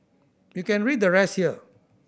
you can read the rest here